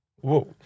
Whoa